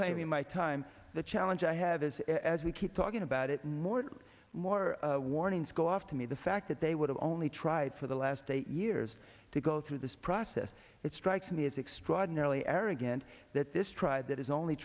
claim in my time the challenge i have is a as we keep talking about it more and more warnings go off to me the fact that they would have only tried for the last eight years to go through this process it strikes me as extraordinarily arrogant that this try that is only